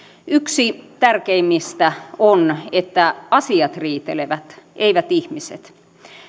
yksi tärkeimmistä on että asiat riitelevät eivät ihmiset